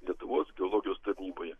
lietuvos geologijos tarnyboje